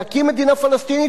להקים מדינה פלסטינית,